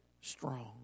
strong